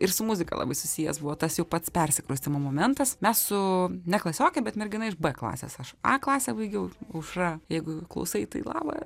ir su muzika labai susijęs buvo tas jau pats persikraustymo momentas mes su ne klasioke bet mergina iš b klasės aš a klasę baigiau aušra jeigu klausai tai laba